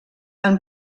han